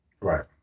Right